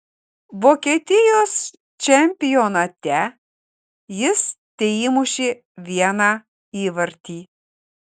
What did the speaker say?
vokietijos čempionate jis teįmušė vieną įvartį